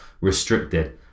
restricted